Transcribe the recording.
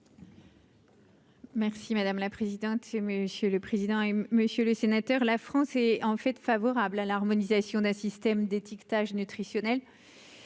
Merci madame la présidente chez chez le président, et monsieur le sénateur, la France est en fait favorable à l'harmonisation d'un système d'étiquetage nutritionnel